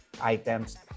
items